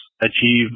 achieve